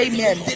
Amen